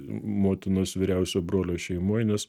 motinos vyriausio brolio šeimoj nes